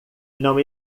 não